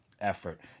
effort